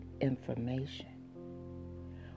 information